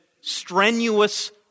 strenuous